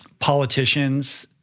politicians